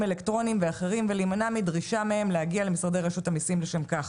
אלקטרוניים ואחרים ולהימנע מדרישה מהם להגיע למשרדי רשות המיסים לשם כך.